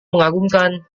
mengagumkan